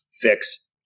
fix